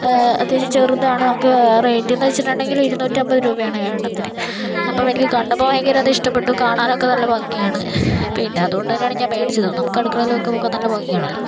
അത്യാവശ്യം ചെറുതാണ് നമുക്ക് റേറ്റ് എന്ന് വെച്ചിട്ടുണ്ടെങ്കിൽ ഇരുനൂറ്റി അൻപത് രൂപയാണ് ഏഴ് എണ്ണത്തിന് അപ്പോൾ വലിയ കണ്ടപ്പോൾ വലിയ ഇഷ്ടപ്പെട്ടു കാണാൻ ഒക്കെ നല്ല ഭംഗിയാണ് പിന്നെ അതു കൊണ്ട് തന്നെയാണ് ഞാൻ മേടിച്ചതും നമുക്ക് അടുക്കളയിൽ വെക്കാൻ നല്ല ഭംഗിയാണ് അല്ലേ